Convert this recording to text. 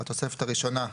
בתוספת הראשונה,